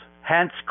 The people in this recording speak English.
hence